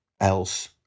else